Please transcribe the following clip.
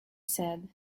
said